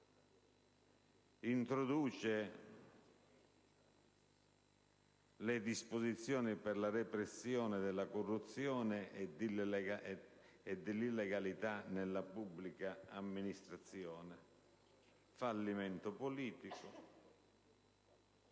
introduce le disposizioni per la repressione della corruzione e della illegalità nella pubblica amministrazione, fallimento politico,